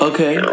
Okay